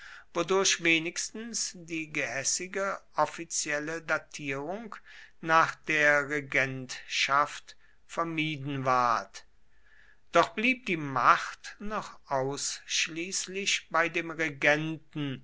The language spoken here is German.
wodurch wenigstens die gehässige offizielle datierung nach der regentschaft vermieden ward doch blieb die macht noch ausschließlich bei dem regenten